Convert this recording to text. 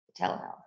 telehealth